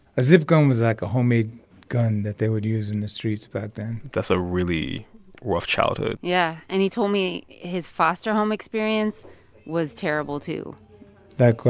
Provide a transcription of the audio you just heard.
a zip gun was like a homemade gun that they would use in the streets back then that's a really rough childhood yeah. and he told me his foster home experience was terrible, too like,